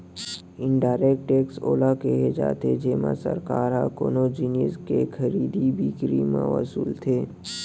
indirect tax ओला केहे जाथे जेमा सरकार ह कोनो जिनिस के खरीदी बिकरी म वसूलथे